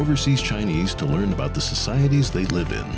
overseas chinese to learn about the societies they live in